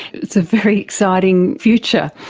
it's a very exciting future.